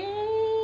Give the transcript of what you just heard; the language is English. really